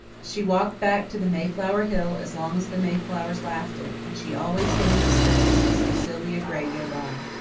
she walked back to the mayflower hill as long as the mayflowers lasted and she always hid in the spruces to see sylvia gray go by.